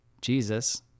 Jesus